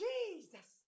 Jesus